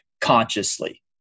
consciously